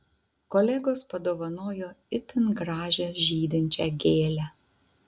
kolegos padovanojo itin gražią žydinčią gėlę